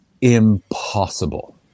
impossible